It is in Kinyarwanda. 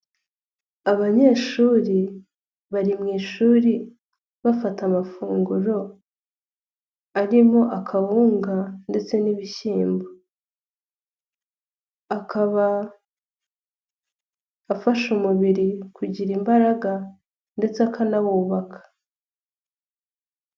Abanyeshuri bari mu ishuri, bafata amafunguro, arimo akawunga ndetse n'ibishyimbo, akaba afasha umubiri kugira imbaraga ndetse akanawubaka.